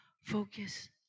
focus